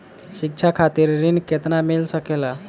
शिक्षा खातिर ऋण केतना मिल सकेला?